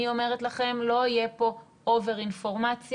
אני אומרת לכם שלא יהיה פה אובר אינפורמציה,